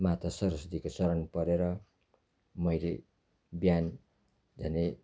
माता सरस्वतीको शरण परेर मैले बिहान झन्डै